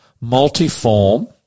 multiform